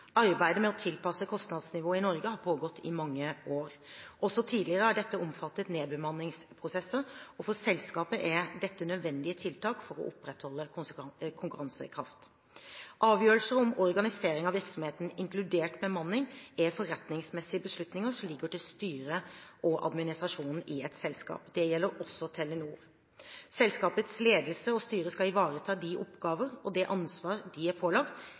Arbeidet med å tilpasse kostnadsnivået i Norge har pågått i mange år. Også tidligere har dette omfattet nedbemanningsprosesser, og for selskapet er dette nødvendige tiltak for å opprettholde konkurransekraft. Avgjørelser om organisering av virksomheten, inkludert bemanning, er forretningsmessige beslutninger som ligger til styret og administrasjonen i et selskap. Det gjelder også Telenor. Selskapets ledelse og styre skal ivareta de oppgaver og det ansvar de er pålagt